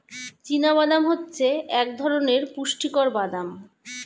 চীনা বাদাম হচ্ছে এক ধরণের পুষ্টিকর বাদাম